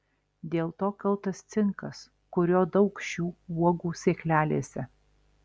dėl to kaltas cinkas kurio daug šių uogų sėklelėse